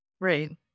Right